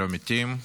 לא מתים?